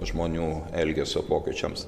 žmonių elgesio pokyčiams